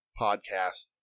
podcast